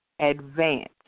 advance